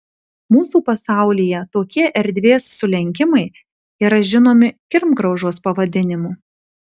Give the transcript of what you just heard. mūsų pasaulyje tokie erdvės sulenkimai yra žinomi kirmgraužos pavadinimu